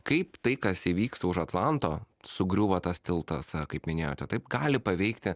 kaip tai kas įvyksta už atlanto sugriūva tas tiltas kaip minėjote taip gali paveikti